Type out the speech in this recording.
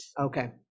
okay